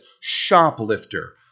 shoplifter